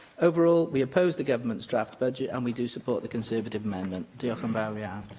overall, we oppose the government's draft budget and we do support the conservative amendment. diolch um um yeah